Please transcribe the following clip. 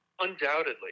Undoubtedly